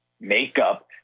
makeup